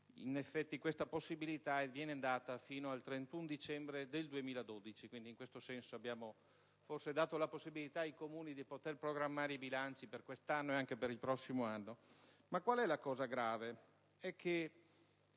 Democratico, questa possibilità ora viene offerta fino al 31 dicembre del 2012. In questo senso abbiamo forse dato la possibilità ai Comuni di programmare i bilanci per quest'anno e anche per il prossimo. Qual è la cosa grave?